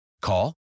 Call